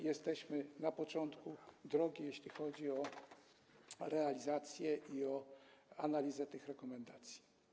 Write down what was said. Jesteśmy na początku drogi, jeśli chodzi o realizację i o analizę tych rekomendacji.